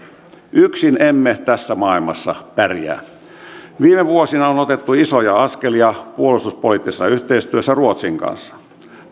yksin emme tässä maailmassa pärjää viime vuosina on otettu isoja askelia puolustuspoliittisessa yhteistyössä ruotsin kanssa